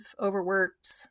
overworked